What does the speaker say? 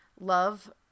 love